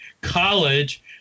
college